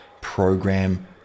program